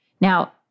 Now